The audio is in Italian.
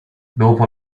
dopo